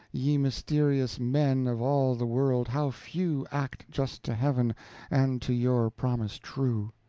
ye mysterious men, of all the world, how few act just to heaven and to your promise true!